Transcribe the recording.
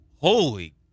Holy